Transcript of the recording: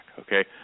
okay